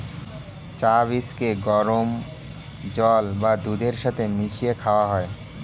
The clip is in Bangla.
চা বীজকে গরম জল বা দুধের সাথে মিশিয়ে খাওয়া হয়